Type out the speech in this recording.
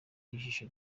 ijisho